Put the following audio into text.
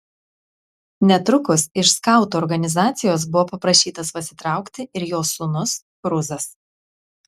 netrukus iš skautų organizacijos buvo paprašytas pasitraukti ir jos sūnus kruzas